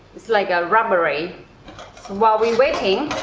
it's like a rubbery so while we're waiting,